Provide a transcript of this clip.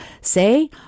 say